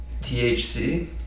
THC